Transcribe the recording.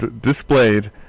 displayed